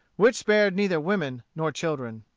which spared neither women nor children.